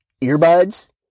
earbuds